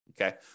Okay